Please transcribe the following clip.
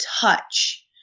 touch